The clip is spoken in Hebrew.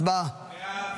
הצבעה.